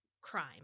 crime